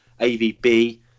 AVB